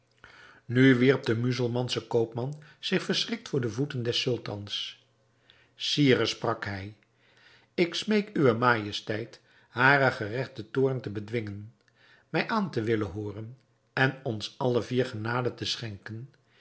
nu wierp de muzelmansche koopman zich verschrikt voor de voeten des sultans sire sprak hij ik smeek uwe majesteit haren geregten toorn te bedwingen mij aan te willen hooren en ons alle vier genade te schenken